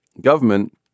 government